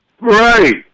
right